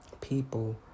people